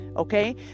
Okay